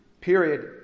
period